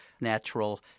natural